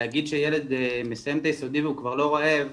לסייע באפיון הדבר הזה ולעשות את הדברים האלה ביחד,